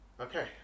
okay